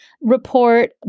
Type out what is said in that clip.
report